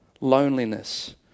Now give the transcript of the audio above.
loneliness